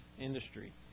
industry